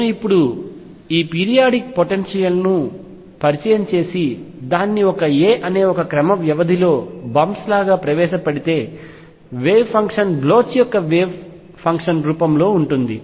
నేను ఇప్పుడు ఈ పీరియాడిక్ పొటెన్షియల్ ను పరిచయం చేసి దానిని ఒక a అనే ఒక క్రమ వ్యవధిలో బంప్స్ లాగా ప్రవేశపెడితే వేవ్ ఫంక్షన్ బ్లోచ్ యొక్క వేవ్ ఫంక్షన్ రూపంలో ఉంటుంది